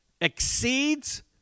exceeds